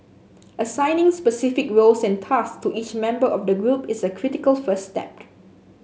assigning specific roles and tasks to each member of the group is a critical first step